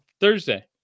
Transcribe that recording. Thursday